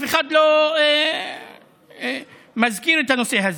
אף אחד לא מזכיר את הנושא הזה.